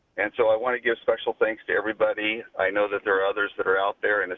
and so i want to give special thanks to everybody. i know that there are others that are out there. and